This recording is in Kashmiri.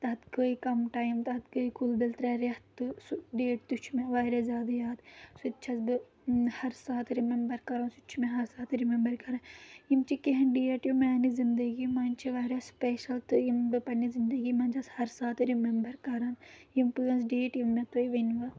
تَتھ گٔے کَم ٹایم تَتھ گٔے کُل بِل ترٛےٚ رؠتھ تہٕ سُہ ڈیٹ تہِ چھُ مےٚ واریاہ زیادٕ یاد سُہ تہِ چھَس بہٕ ہر ساتہٕ رِمیمبر کران سُہ تہِ چھُ مےٚ ہر ساتہٕ رِمیمبر کَران یِم چھِ کینٛہہ ڈیٹ یِم میانہِ زندگی منٛز چھِ واریاہ سپیشَل تہٕ یِم بہٕ پنٛنہِ زندگی منٛز چھَس ہر ساتہٕ رِمیمبر کران یِم پانٛژھ ڈیٹ یِم مےٚ تۄہہِ ؤنوٕ